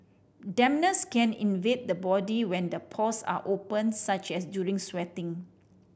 dampness can invade the body when the pores are open such as during sweating